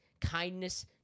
kindness